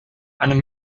einem